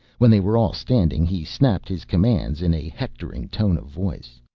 when they were all standing he snapped his commands in a hectoring tone of voice.